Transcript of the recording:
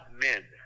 men